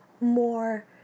more